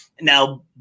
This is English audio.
Now